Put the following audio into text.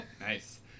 Nice